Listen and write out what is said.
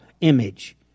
image